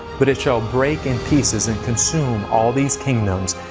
but it shall break in pieces and consume all these kingdoms,